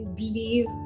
believe